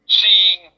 seeing